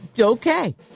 okay